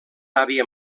àvia